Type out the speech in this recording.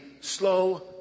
slow